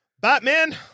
Batman